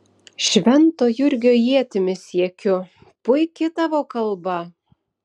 švento jurgio ietimi siekiu puiki tavo kalba